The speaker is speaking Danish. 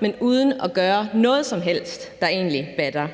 men uden at gøre noget som helst, der egentlig batter.